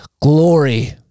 glory